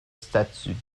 statuts